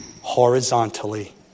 horizontally